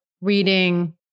reading